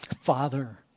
Father